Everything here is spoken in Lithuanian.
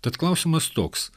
tad klausimas toks